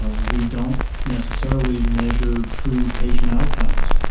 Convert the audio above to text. ah we don't necessarily measure true patient outcomes.